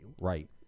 right